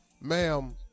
Ma'am